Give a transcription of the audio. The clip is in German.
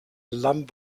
lam